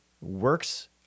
works